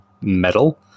metal